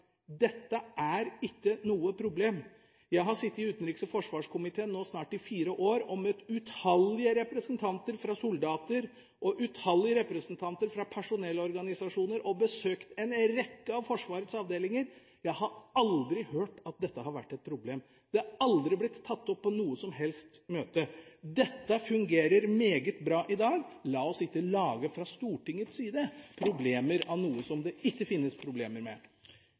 Dette er ikke noe problem. Jeg har sittet i utenriks- og forsvarskomiteen i snart fire år nå og møtt utallige representanter for soldater og personellorganisasjoner, og jeg har besøkt en rekke av Forsvarets avdelinger. Jeg har aldri hørt at dette har vært et problem, det har aldri blitt tatt opp på noe møte. Dette fungerer meget bra i dag. La oss ikke fra Stortingets side lage problemer av noe som det ikke finnes problemer med.